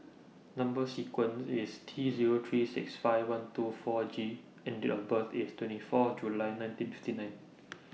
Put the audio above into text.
Number sequence IS T Zero three six five one two four G and Date of birth IS twenty four July nineteen fifty nine